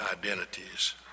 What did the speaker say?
identities